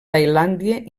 tailàndia